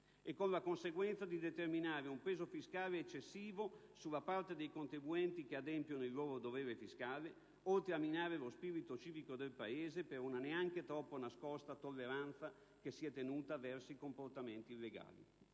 E con la conseguenza di determinare un peso fiscale eccessivo sulla parte dei contribuenti che adempiono il loro dovere fiscale, oltre a minare lo spirito civico del Paese per una neanche troppo nascosta tolleranza che si è tenuta verso i comportamenti illegali.